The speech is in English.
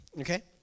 okay